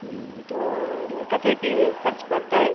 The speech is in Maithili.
तऽ ओहिमे कतेक की खर्च पड़तै